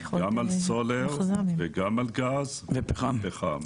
גם על סולר, גם על גז וגם על פחם.